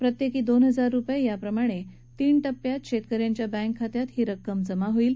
प्रत्येकी दोन हजार रुपये या प्रमाणे तीन टप्प्यात शेतक यांच्या बँक खात्यात ही रक्कम जमा होईल